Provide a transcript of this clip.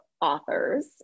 authors